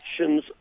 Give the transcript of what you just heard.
actions